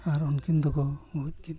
ᱟᱨ ᱩᱱᱠᱤᱱ ᱫᱚᱠᱚ ᱜᱚᱡ ᱠᱮᱫ ᱠᱤᱱᱟ